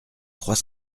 trois